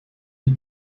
een